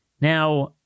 Now